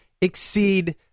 exceed